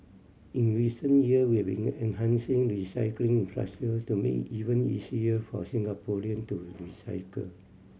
in recent year we enhancing recycling to make even easier for Singaporean to recycle